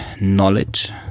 knowledge